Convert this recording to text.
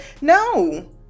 no